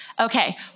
Okay